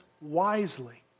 wisely